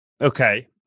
Okay